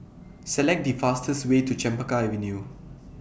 Select The fastest Way to Chempaka Avenue